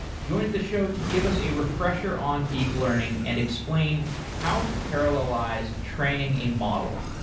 joins the show to give us a refresher on deep learning and explain how to parallelize training a model.